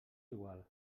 igual